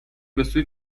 بسوی